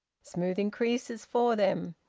smoothing creases for them,